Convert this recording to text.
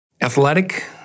Athletic